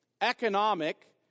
economic